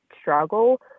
struggle